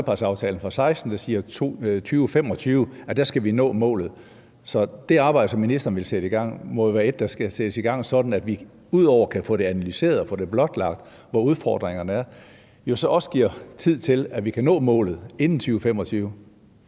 For vi har jo trepartsaftalen fra 2016, der siger, at i 2025 skal vi nå målet. Så det arbejde, som ministeren vil sætte i gang, må jo være et, som skal sættes i gang, sådan at vi, ud over at vi kan få det analyseret og få blotlagt, hvor udfordringerne er, også giver tid til, at vi kan nå målet inden 2025.